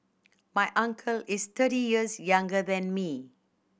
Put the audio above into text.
my uncle is thirty years younger than me